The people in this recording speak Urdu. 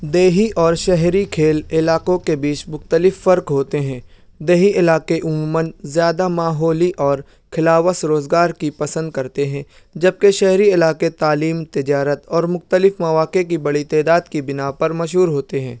دیہی اور شہری کھیل علاقوں کے بیچ مختلف فرق ہوتے ہیں دیہی علاقے عموماً زیادہ ماحولی اور خلوس روزگار کی پسند کرتے ہیں جبکہ شہری علاقے تعلیم تجارت اور مختلف مواقع کی بڑی تعداد کی بنا پر مشہور ہوتے ہیں